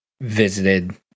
visited